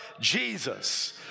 Jesus